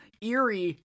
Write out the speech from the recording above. eerie